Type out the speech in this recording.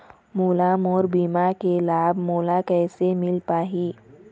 मोला मोर बीमा के लाभ मोला किसे मिल पाही?